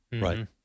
right